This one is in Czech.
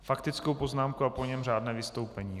Faktickou poznámku a po ní řádné vystoupení.